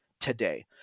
today